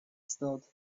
stood